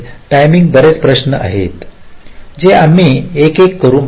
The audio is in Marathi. टायमिंग बरेच प्रश्न आहेत जे आम्ही आता एकेक करून पाहू